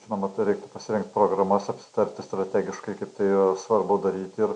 žinoma turi pasirinkt programas apsitarti strategiškai kaip tai svarbu daryti ir